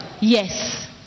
yes